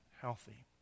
healthy